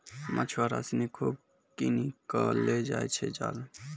मछुआरा सिनि खूब किनी कॅ लै जाय छै जाल